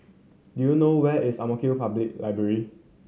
do you know where is Ang Mo Kio Public Library